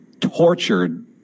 tortured